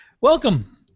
Welcome